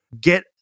Get